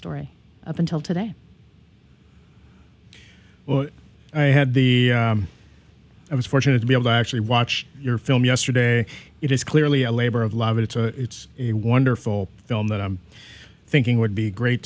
story up until today well i had the i was fortunate to be able to actually watch your film yesterday it is clearly a labor of love it's a it's a wonderful film that i'm thinking would be great